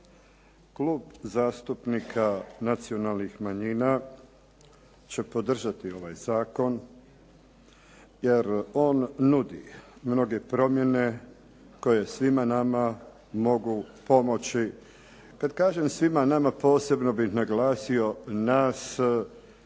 Klub zastupnika nacionalnih manjina će podržati ovaj zakon jer on nudi mnoge promjene koje svima nama mogu pomoći. Kad kažem svima nama posebno bih naglasio nas